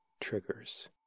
triggers